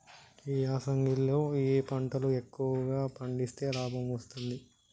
ఈ యాసంగి లో ఏ పంటలు ఎక్కువగా పండిస్తే లాభం వస్తుంది?